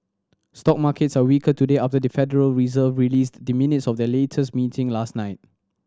stock markets are weaker today after the Federal Reserve released the minutes of their latest meeting last night